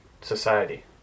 society